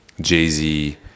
jay-z